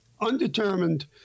undetermined